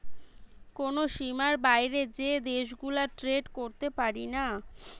কোন সীমার বাইরে যে দেশ গুলা ট্রেড করতে পারিনা